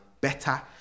better